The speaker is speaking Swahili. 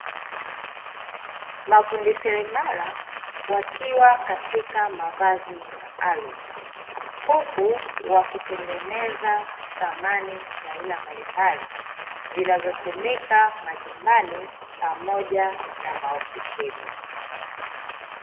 Mafundi seremala wakiwa katika mavazi maalum, huku wakitengeneza samani za aina mbalimbali zinazotumika majumbani na maofisini.